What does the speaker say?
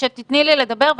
שתתני לי לדבר,